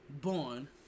born